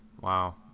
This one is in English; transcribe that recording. wow